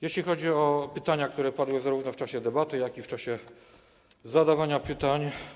Jeśli chodzi o pytania, które padły zarówno w czasie debaty, jak i w czasie zadawania pytań.